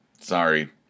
Sorry